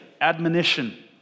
admonition